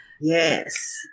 Yes